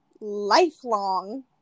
lifelong